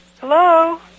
Hello